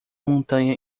montanha